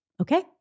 okay